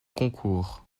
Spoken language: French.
concours